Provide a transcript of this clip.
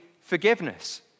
forgiveness